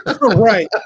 Right